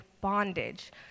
bondage